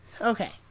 Okay